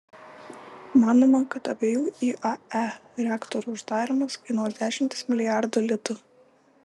manoma kad abiejų iae reaktorių uždarymas kainuos dešimtis milijardų litų